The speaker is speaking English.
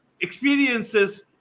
experiences